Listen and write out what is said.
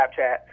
Snapchat